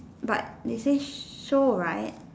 but they say show right